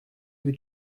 you